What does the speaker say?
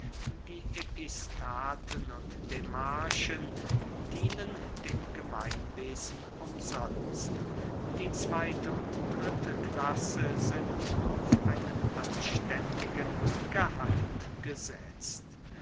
die epistaten und demarchen dienen dem gemeinwesen umsonst die zweyte und dritte klasse sind auf einen anständigen gehalt gesetzt